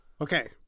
Okay